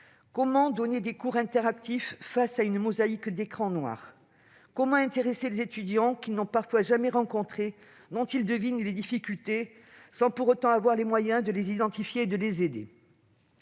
Comment donner des cours interactifs face à une mosaïque d'écrans noirs ? Comment intéresser des étudiants qu'ils n'ont parfois jamais rencontrés et dont ils devinent les difficultés sans avoir pour autant les moyens de les identifier et de les aider ?